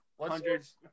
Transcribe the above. hundreds